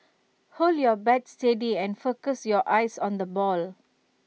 hold your bat steady and focus your eyes on the ball